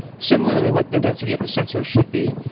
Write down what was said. similarly, what the density of the sensors should be.